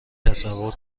تصور